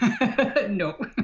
No